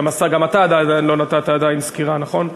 גם אתה לא נתת עדיין סקירה, נכון?